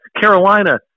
Carolina